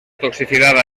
toxicidad